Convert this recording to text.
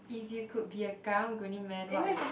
if you could be a Karang-Guni-man what would